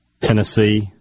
Tennessee